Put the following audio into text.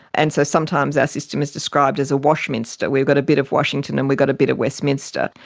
and so sometimes our system is described as a washminster we've got a bit of washington and we've got a bit of westminster.